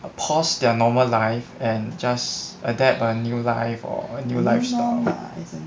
pause their normal life and just adapt a new life or new lifestyle